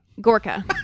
Gorka